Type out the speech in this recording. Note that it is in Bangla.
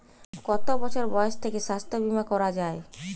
কত বছর বয়স থেকে স্বাস্থ্যবীমা করা য়ায়?